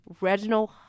Reginald